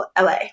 LA